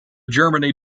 germany